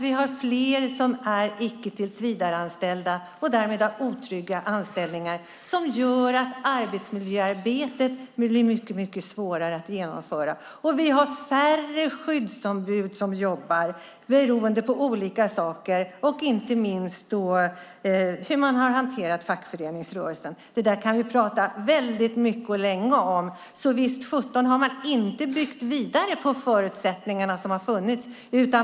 Vi har fler som inte är tillsvidareanställda och därmed har otrygga anställningar. Det gör att arbetsmiljöarbetet blir mycket svårare att genomföra. Vi har färre skyddsombud som jobbar beroende på olika saker, inte minst hur man har hanterat fackföreningsrörelsen. Det kan vi prata mycket och länge om. Så inte sjutton har man byggt vidare på de förutsättningar som har funnits.